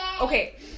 Okay